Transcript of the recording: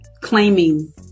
claiming